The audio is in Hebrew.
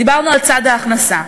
אז דיברנו על צד ההכנסה.